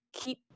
keep